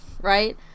right